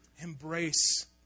embrace